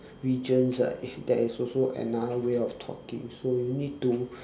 regions like there is also another way of talking so you need to